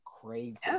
crazy